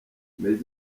maj